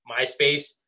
MySpace